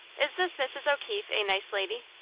is this mrs. o'keefe a nice lady?